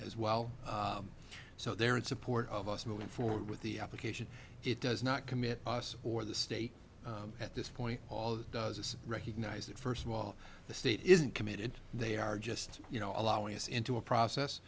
as well so they're in support of us moving forward with the application it does not commit us or the state at this point all it does is recognize that first of all the state isn't committed they are just you know allowing us into a